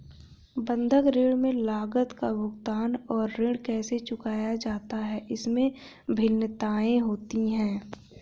बंधक ऋण में लागत का भुगतान और ऋण कैसे चुकाया जाता है, इसमें भिन्नताएं होती हैं